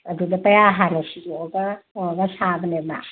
ꯑꯗꯨꯗ ꯄꯌꯥ ꯍꯥꯟꯅ ꯁꯤꯗꯣꯛꯑꯒ ꯇꯧꯔꯒ ꯁꯥꯕꯅꯦꯕ